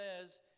says